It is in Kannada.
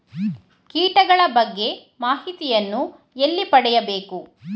ಕೀಟಗಳ ಬಗ್ಗೆ ಮಾಹಿತಿಯನ್ನು ಎಲ್ಲಿ ಪಡೆಯಬೇಕು?